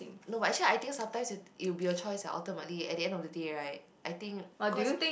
no but actually I think sometimes it it will be a choice ultimately at the end of the day right I think cause